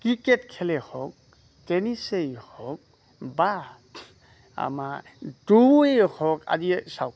cricket খেলেই হওক টেনিছেেই হওক বা আমাৰ দৌৰেই হওক আজি চাওক